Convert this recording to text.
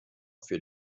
für